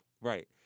right